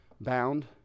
bound